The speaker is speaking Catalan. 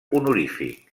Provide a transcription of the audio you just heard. honorífic